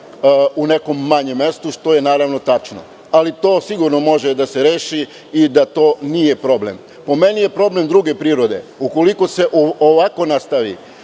u nekom manjem mestu, što je naravno tačno. Ali, to sigurno može da se reši i da to nije problem. Po meni je problem druge prirode. Ukoliko se ovako nastavi